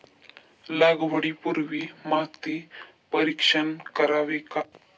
लागवडी पूर्वी माती परीक्षण करावे का?